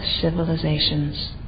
civilizations